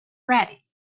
ready